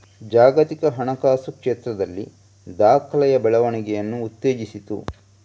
ಜಾಗತಿಕ ಹಣಕಾಸು ಕ್ಷೇತ್ರದಲ್ಲಿ ದಾಖಲೆಯ ಬೆಳವಣಿಗೆಯನ್ನು ಉತ್ತೇಜಿಸಿತು